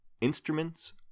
Instruments